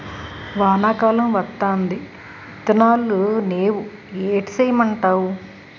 వానా కాలం వత్తాంది ఇత్తనాలు నేవు ఏటి సేయమంటావు